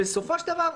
בסופו של דבר,